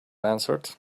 answered